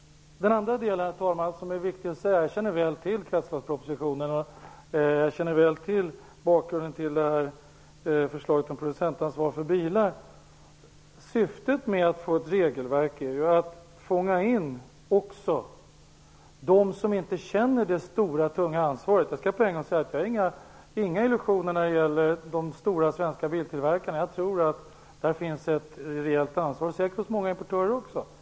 Herr talman! Jag känner väl till kretsloppspropositionen, och jag känner väl till bakgrunden till förslaget om producentansvar för bilar. Syftet med att få ett regelverk är ju att även fånga in dem som inte känner det stora tunga ansvaret. Jag har inga illusioner när det gäller de stora svenska biltillverkarna. Jag tror att det finns ett rejält ansvar där, och säkert hos många importörer också.